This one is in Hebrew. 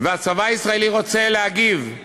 הצבא הישראלי רוצה להגיב.